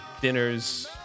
dinners